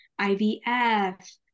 IVF